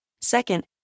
Second